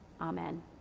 Amen